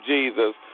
Jesus